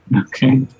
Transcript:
Okay